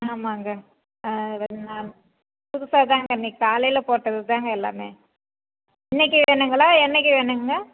ஆமாங்க ஆ ரெண்டு நாள் புதுசாக தாங்க இன்றைக்கி காலையில் போட்டது தாங்க எல்லாமே இன்றைக்கி வேணுங்களா என்றைக்கி வேணுங்க